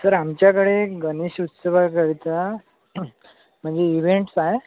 sir आमच्याकडे गणेशोत्सवाकरिता म्हणजे इव्हेन्ट्स आहे